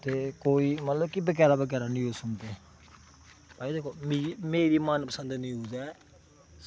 ते कोई मतलब की बगैरा बगैरा न्यूज़ सुनदे मेरी मनपसंद न्यूज़